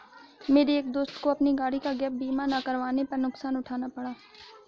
मेरे एक दोस्त को अपनी गाड़ी का गैप बीमा ना करवाने पर नुकसान उठाना पड़ा